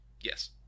Yes